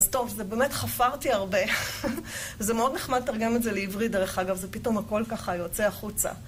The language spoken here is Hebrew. טוב זה באמת חפרתי הרבה. זה מאוד נחמד לתרגם את זה לעברית, דרך אגב, זה פתאום הכל ככה יוצא החוצה